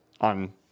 on